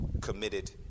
committed